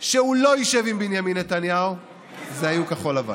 שהם לא ישבו עם בנימין נתניהו היו כחול לבן,